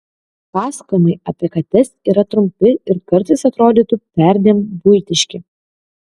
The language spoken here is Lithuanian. pasakojimai apie kates yra trumpi ir kartais atrodytų perdėm buitiški